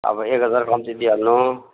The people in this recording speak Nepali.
अब एक हजार कम्ती दिइहाल्नु